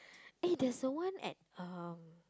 eh there's the one at um